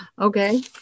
okay